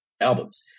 albums